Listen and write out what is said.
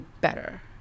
better